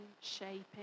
shaping